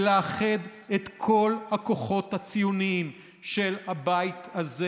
ולאחד את כל הכוחות הציוניים של הבית הזה